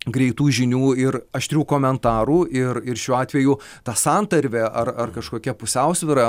greitų žinių ir aštrių komentarų ir ir šiuo atveju ta santarvė ar ar kažkokia pusiausvyra